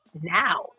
now